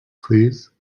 please